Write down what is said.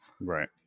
Right